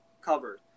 covered